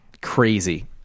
crazy